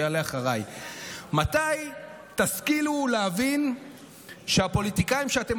שיעלה אחריי: מתי תשכילו להבין שהפוליטיקאים שאתם